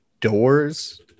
doors